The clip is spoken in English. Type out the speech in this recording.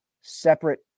separate –